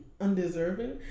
undeserving